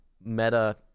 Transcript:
meta